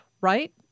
right